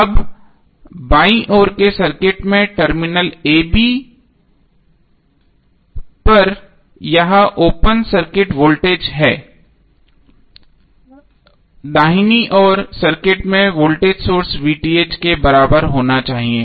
अब बाईं ओर के सर्किट में टर्मिनल a b पर यह ओपन सर्किट वोल्टेज है दाहिनी ओर सर्किट में वोल्टेज सोर्स के बराबर होना चाहिए